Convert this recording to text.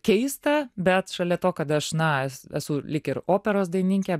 keista bet šalia to kad aš na es esu lyg ir operos dainininkė